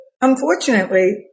unfortunately